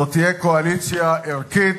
זו תהיה קואליציה ערכית,